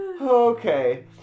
Okay